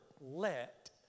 let